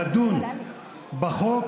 לדון בחוק,